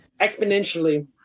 exponentially